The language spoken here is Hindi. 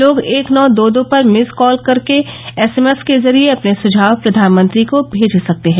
लोग एक नौ दो दो पर मिस कॉल कर एसएमएस के जरिए अपने सुझाव प्रधानमंत्री को भेज सकते हैं